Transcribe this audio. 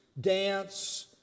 dance